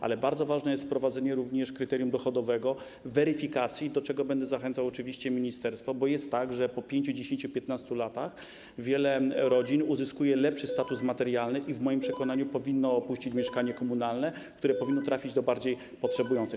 Ale bardzo ważne jest wprowadzenie również kryterium dochodowego, weryfikacji, do czego będę zachęcał oczywiście ministerstwo, bo jest tak, że po 5, 10, 15 latach wiele rodzin uzyskuje lepszy status materialny i w moim przekonaniu powinno opuścić mieszkanie komunalne, które powinno trafić do bardziej potrzebujących.